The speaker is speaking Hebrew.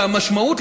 שהמשמעות,